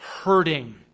hurting